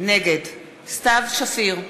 נגד סתיו שפיר,